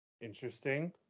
Interesting